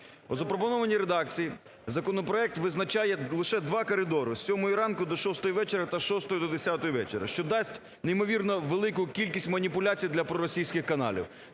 У запропонованій редакції законопроект визначає лише два коридори: з 7-ї ранку до 6-ї вечора та з 6-ї до 10-ї вечора, – що дасть неймовірно велику кількість маніпуляцій для проросійських каналів.